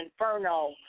inferno